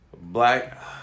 black